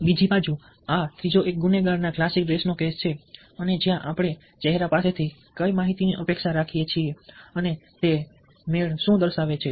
બીજી બાજુ આ ત્રીજો એક ગુનેગારના ક્લાસિક કેસનો કેસ છે અને જ્યાં આપણે ચહેરા પાસેથી કઈ માહિતીની અપેક્ષા રાખીએ છીએ અને તે મેળ શું દર્શાવે છે